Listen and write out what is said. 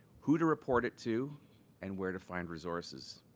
whom to report it to and where to find resources.